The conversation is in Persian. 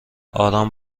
آرام